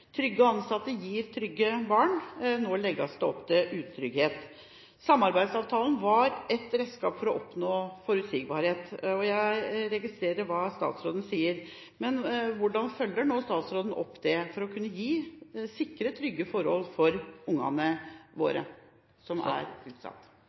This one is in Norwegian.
Trygge ansatte gir trygge barn. Nå legges det opp til utrygghet. Samarbeidsavtalen var et redskap for å oppnå forutsigbarhet. Jeg registrerer hva statsråden sier, men hvordan følger statsråden nå opp dette for å kunne gi trygge forhold for dem av ungene